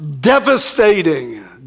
devastating